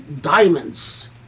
diamonds